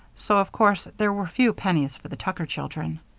so of course there were few pennies for the tucker children.